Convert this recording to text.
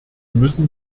müssen